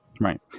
Right